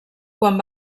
quan